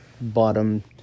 bottom